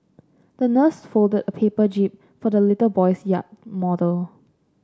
the nurse folded a paper jib for the little boy's yacht model